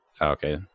Okay